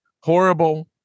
horrible